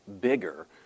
bigger